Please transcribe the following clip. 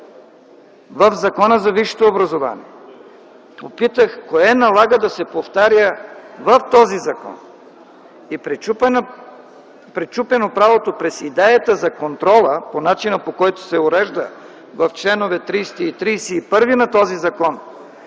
в Закона за висшето образование. Попитах: кое налага да се повтаря в този закон? Пречупено правото през идеята за контрола - по начина, по който се урежда в членове 30 и 31 на този закон,